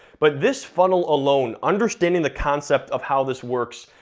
but this funnel alone, understanding the concept of how this works,